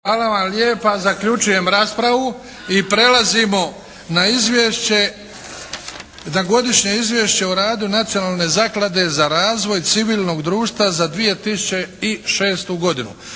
glasovanje sljedeći zaključak, prihvaća se Godišnje izvješće o radu Nacionalne zaklade za razvoj civilnog društva za 2006. godinu.